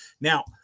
Now